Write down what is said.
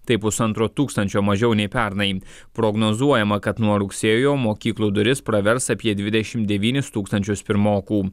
tai pusantro tūkstančio mažiau nei pernai prognozuojama kad nuo rugsėjo mokyklų duris pravers apie dvidešim devynis tūkstančius pirmokų